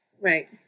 Right